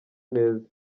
neza